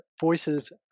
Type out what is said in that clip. voices